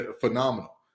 phenomenal